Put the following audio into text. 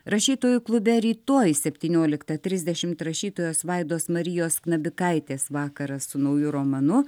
rašytojų klube rytoj septynioliktą trisdešimt rašytojos vaidos marijos knabikaitės vakaras su nauju romanu